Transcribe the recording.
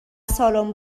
سالن